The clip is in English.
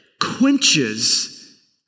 quenches